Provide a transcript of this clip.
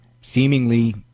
seemingly